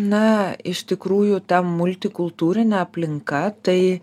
na iš tikrųjų ta multikultūrinė aplinka tai